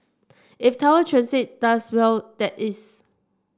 if Tower Transit does well that is